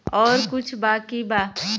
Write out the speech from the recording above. और कुछ बाकी बा?